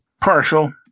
Partial